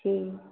ठीक